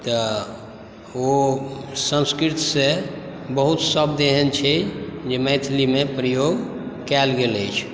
तऽ ओ संस्कृतसॅं बहुत शब्द एहन छै जे मैथिलीमे प्रयोग कयल गेल अछि